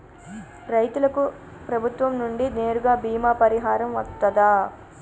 రైతులకు ప్రభుత్వం నుండి నేరుగా బీమా పరిహారం వత్తదా?